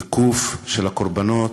של הקורבנות